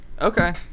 okay